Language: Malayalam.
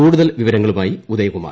കൂടുതൽ വിവരങ്ങളുമായി ഉദയകുമാർ